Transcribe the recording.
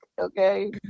okay